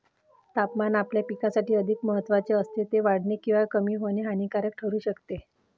तापमान आपल्या पिकासाठी अधिक महत्त्वाचे असते, ते वाढणे किंवा कमी होणे हानिकारक ठरू शकते